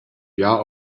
bia